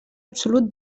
absolut